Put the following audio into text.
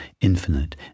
infinite